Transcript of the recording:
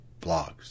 blogs